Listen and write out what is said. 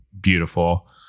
beautiful